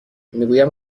میگویم